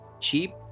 cheap